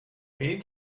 many